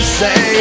say